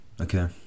okay